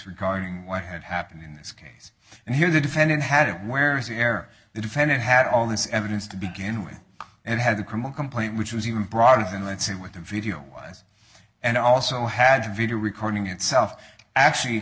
regarding what had happened in this case and here's the defendant had it where is the air the defendant had all this evidence to begin with and it had the criminal complaint which was even broader than let's say what the video was and also had a video recording itself actually